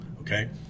okay